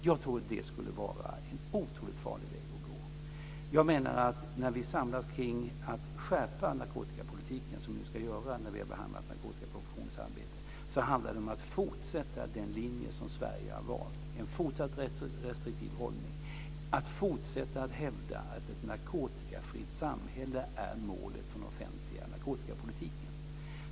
Jag tror att det skulle vara en otroligt farlig väg att gå. Jag menar att när vi samlas kring att skärpa narkotikapolitiken som vi nu ska göra när vi har behandlat Narkotikakommissionens arbete så handlar det om att fortsätta den linje som Sverige har valt, att fortsatt ha en restriktiv hållning och att fortsätta att hävda att ett narkotikafritt samhälle är målet för den offentliga narkotikapolitiken.